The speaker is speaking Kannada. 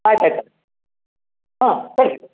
ಆಯ್ತು ಆಯಿತು ಹ್ಞೂ ಸರಿ ಸರ್